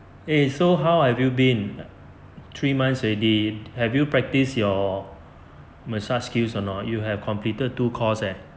eh so how have you been three months already have you practised your massage skills or not you have completed two course eh